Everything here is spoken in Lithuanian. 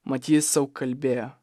mat ji sau kalbėjo